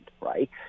right